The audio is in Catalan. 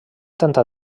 tanta